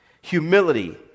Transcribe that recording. humility